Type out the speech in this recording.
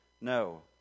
No